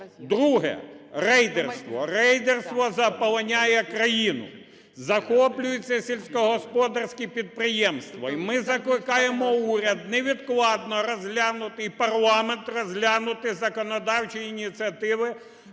Друге. Рейдерство. Рейдерство заполоняє країну. Захоплюються сільськогосподарські підприємства. І ми закликаємо уряд невідкладно розглянути, і парламент розглянути законодавчі ініціативи